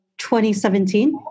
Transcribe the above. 2017